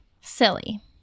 Silly